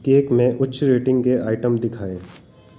cake में उच्च rating के आइटम दिखाएँ